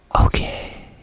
Okay